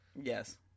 yes